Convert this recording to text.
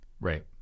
Right